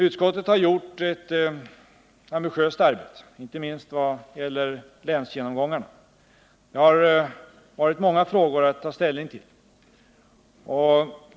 Utskottet har gjort ett ambitiöst arbete, inte minst i vad gäller länsgenomgångarna. Det har varit många frågor att ta ställning till.